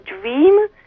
dream